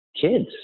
kids